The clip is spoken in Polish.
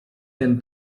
ten